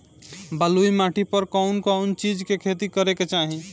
बलुई माटी पर कउन कउन चिज के खेती करे के चाही?